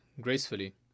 gracefully